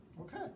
Okay